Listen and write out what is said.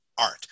art